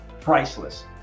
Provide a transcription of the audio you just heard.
priceless